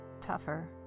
tougher